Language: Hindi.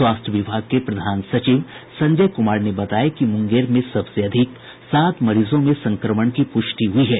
स्वास्थ्य विभाग के प्रधान सचिव संजय कुमार ने बताया कि मुंगेर में सबसे अधिक सात मरीजों में संक्रमण की प्रष्टि हुई है